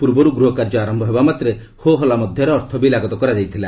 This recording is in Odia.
ପୂର୍ବରୁ ଗୃହ କାର୍ଯ୍ୟ ଆରମ୍ଭ ହେବା ମାତ୍ରେ ହୋହଲା ମଧ୍ୟରେ ଅର୍ଥବିଲ୍ ଆଗତ କରାଯାଇଥିଲା